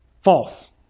False